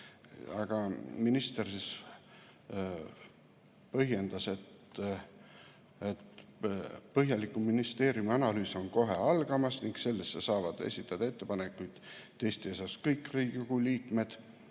Aga minister põhjendas, et põhjalikum ministeeriumi analüüs on kohe algamas ning sellesse saavad esitada ettepanekuid teiste seas kõik Riigikogu liikmed